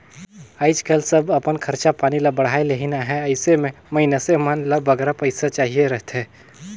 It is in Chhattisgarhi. आएज काएल सब अपन खरचा पानी ल बढ़ाए लेहिन अहें अइसे में मइनसे मन ल बगरा पइसा चाहिए रहथे